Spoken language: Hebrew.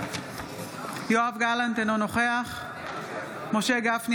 נוכח משה גפני,